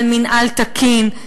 של מינהל תקין.